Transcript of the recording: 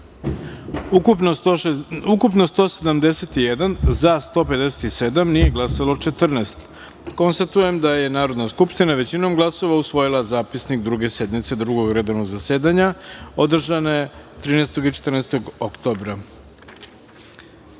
ukupno – 171, za – 157, nije glasalo 14.Konstatujem da je Narodna skupština većinom glasova usvojila Zapisnik Druge sednice Drugog redovnog zasedanja, održane 13. i 14. oktobra